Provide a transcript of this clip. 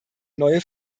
neue